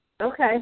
Okay